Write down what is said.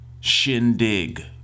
shindig